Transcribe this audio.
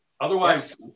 Otherwise